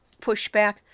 pushback